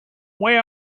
where